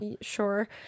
sure